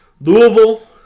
Louisville